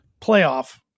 playoff